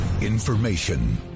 Information